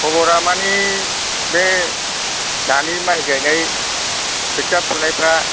खबरा मानि बे दानि माइ गायनाय खोथिया फुनायफ्रा